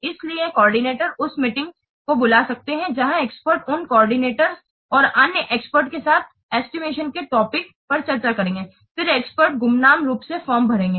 इसलिए कोऑर्डिनेटर उस मीटिंग को बुला सकते हैं जहां एक्सपर्ट उन कोऑर्डिनेटर और अन्य एक्सपर्ट्स के साथ एस्टिमेशन के टॉपिक पर चर्चा करेंगे फिर एक्सपर्ट गुमनाम रूप से फॉर्म भरेंगे